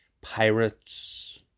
Pirates